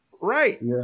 Right